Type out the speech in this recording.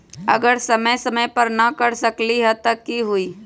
अगर समय समय पर न कर सकील त कि हुई?